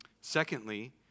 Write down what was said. Secondly